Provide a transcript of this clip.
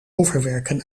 overwerken